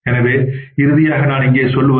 எனவே இறுதியாக நான் இங்கே சொல்வது